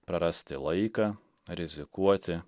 prarasti laiką rizikuoti